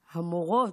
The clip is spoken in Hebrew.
המורות,